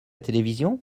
télévision